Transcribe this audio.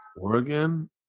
Oregon